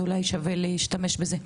אולי שווה להשתמש בזה.